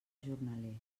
jornaler